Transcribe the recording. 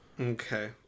Okay